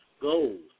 goals